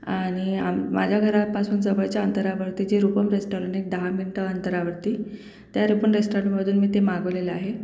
आणि आम माझ्या घरापासून जवळच्या अंतरावरती जे रुपम रेस्टॉरण एक दहा मिनटं अंतरावरती त्या रुपन रेस्टॉरंटमधून मी ते मागवलेलं आहे